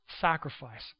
sacrifice